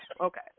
okay